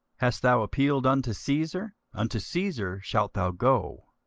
hast thou appealed unto caesar? unto caesar shalt thou go.